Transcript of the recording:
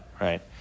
right